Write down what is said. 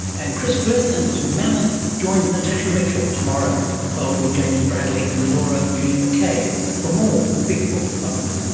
and chris flynn and his mammoth join natasha mitchell tomorrow along with james bradley and laura jean mckay for more big book fun.